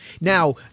Now